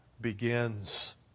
begins